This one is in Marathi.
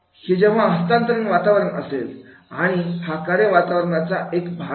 हे जेव्हा हस्तांतरण वातावरण असेल आणि हा कार्य वातावरणाचा एक भाग आहे